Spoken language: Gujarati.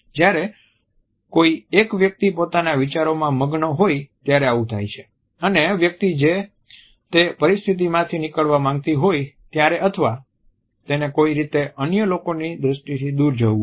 જ્યારે કોઈ એક વ્યક્તિ પોતાના વિચારોમાં મગ્ન હોય ત્યારે આવું થાય છે અને વ્યક્તિ જે તે પરિસ્થિતિમાંથી નીકળવા માંગતી હોય ત્યારે અથવા તેને કોઈ રીતે અન્ય લોકોની દ્રષ્ટિથી દૂર જવું હોઈ